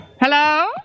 Hello